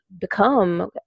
become